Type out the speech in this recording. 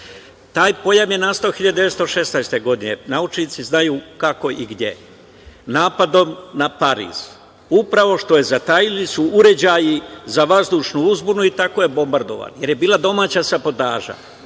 Taj pojam je nastao 1916. godine. Naučnici znaju kako i gde – napadom na Pariz. Zatajili su uređaji za vazdušnu uzbunu i tako je bombardovan, jer je bila domaća sabotaža,